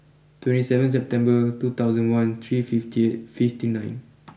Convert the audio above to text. twenty seven September two thousand one three fifty eight fifty nine